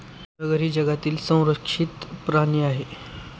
मगर ही जगातील संरक्षित प्राणी आहे